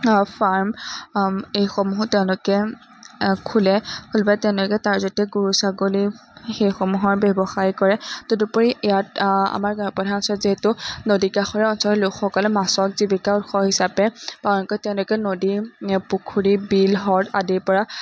farm এইসমূহো তেওঁলোকে খোলে খুলি পেলাই তেওঁলোকে তাৰ জৰিয়তে গৰু ছাগলী সেইসমূহৰ ব্যৱসায় কৰে তদুপৰি ইয়াত আমাৰ গ্ৰাম্য প্ৰধান অঞ্চলত যিহেতু নদীকাষৰীয়া অঞ্চলৰ লোকসকলে মাছক জীৱিকা উৎসৱ হিচাপে প্ৰধানকৈ তেওঁলোকে নদী পুখুৰী বিল হ্ৰদ আদিৰপৰা